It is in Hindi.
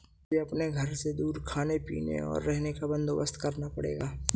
मुझे अपने घर से दूर खाने पीने का, और रहने का बंदोबस्त करना पड़ेगा